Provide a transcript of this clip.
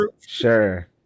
sure